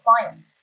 client